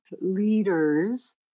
leaders